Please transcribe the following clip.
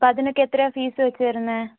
അപ്പോള് അതിനൊക്ക എത്രയാണ് ഫീസ് വച്ചിരുന്നത്